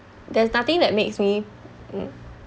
there's nothing that makes me mm